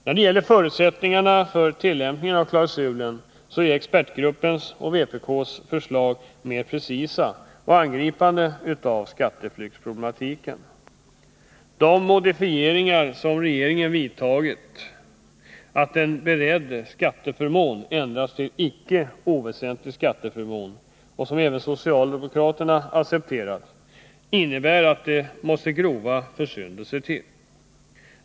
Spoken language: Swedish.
När det gäller förutsättningarna för tillämpningen av klausulen är expertgruppens och vpk:s förslag mera precisa och angriper skatteflyktsproblematiken mera direkt. Den modifiering av expertgruppens förslag som regeringen genomfört när ”skatteförmån” ändrats till ”icke oväsentlig skatteförmån” — det har även socialdemokraterna accepterat — innebär att det måste grova försyndelser till.